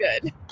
good